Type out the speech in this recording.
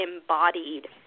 embodied